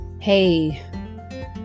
Hey